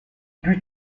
put